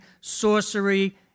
sorcery